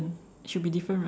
should be different right